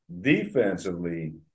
defensively